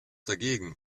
dagegen